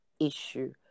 issue